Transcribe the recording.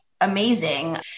amazing